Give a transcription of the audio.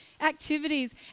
activities